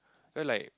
feel like